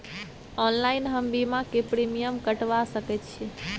Online हम बीमा के प्रीमियम कटवा सके छिए?